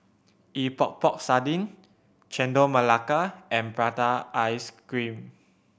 Epok Epok Sardin Chendol Melaka and prata ice cream